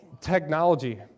Technology